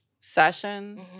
session